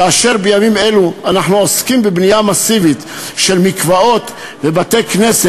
כאשר בימים אלו אנחנו עוסקים בבנייה מסיבית של מקוואות ובתי-כנסת,